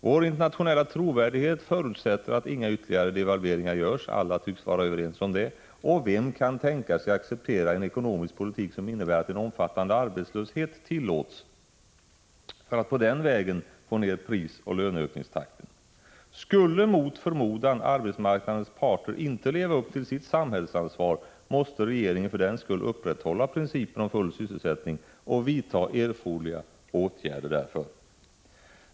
Vår internationella trovärdighet förutsätter att inga ytterligare devalveringar görs — alla tycks vara överens om det. Och vem kan tänka sig acceptera en ekonomisk politik som innebär att en omfattande arbetslöshet tillåts för att på den vägen få ned prisoch löneökningstakten? Skulle, mot förmodan, arbetsmarknadens parter inte leva upp till sitt samhällsansvar måste regeringen för den skull upprätthålla principen om full sysselsättning och vidta erforderliga åtgärder därför.